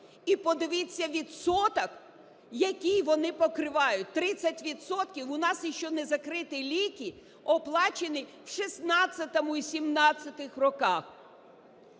І подивіться відсоток, який вони покривають: 30 відсотків у нас ще не закриті ліки, оплачені у 2016-2017 роках.